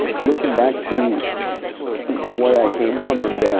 looking back to where i came from and